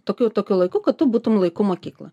tokiu tokiu laiku kad tu būtum laiku mokykloj